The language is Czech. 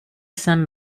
jsem